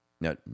No